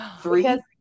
Three